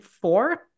four